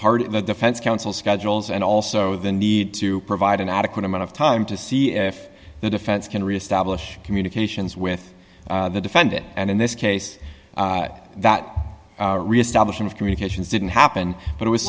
part of the defense counsel schedules and also the need to provide an adequate amount of time to see if the defense can reestablish communications with the defendant and in this case that reestablishing of communications didn't happen but